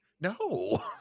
No